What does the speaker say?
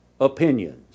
opinions